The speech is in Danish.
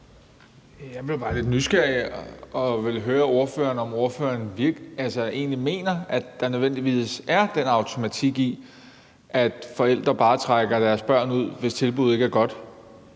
Jeg blev bare lidt nysgerrig og vil høre ordføreren, om ordføreren egentlig mener, at der nødvendigvis er den automatik, at forældre bare trækker deres børn ud, hvis tilbuddet ikke er godt.